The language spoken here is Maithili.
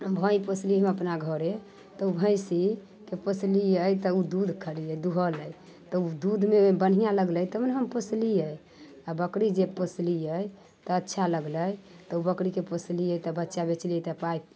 भैँस पोसलीह हम अपना घरे तऽ उ भैँसीके पोसलियै तऽ ओ दूध दुहेले तऽ ओ दूधमे बढ़िआँ लगलै तब ने हम पोसलियै आओर बकरी जे पोसलियै तऽ अच्छा लगलै तऽ बकरीके पोसलियै तऽ बच्चा बेचलियै तऽ पाइ